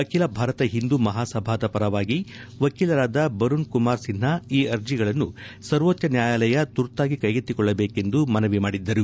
ಅಖಿಲ ಭಾರತ ಹಿಂದೂ ಮಹಾಸಭಾದ ಪರವಾಗಿ ವಕೀಲರಾದ ಬರುಣ್ ಕುಮಾರ್ ಸಿನ್ಲಾ ಈ ಅರ್ಜಿಗಳನ್ನು ಸವೋರ್ಚ್ಲ ನ್ಯಾಯಾಲಯ ತುರ್ತಾಗಿ ಕೈಗೆತ್ತಿಕೊಳ್ಳಬೇಕೆಂದು ಮನವಿ ಮಾಡಿದ್ದರು